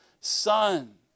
son